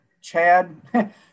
Chad